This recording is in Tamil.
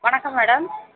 வணக்கம் மேடம்